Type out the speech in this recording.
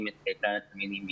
היא מייצגת את התלמידים בישראל.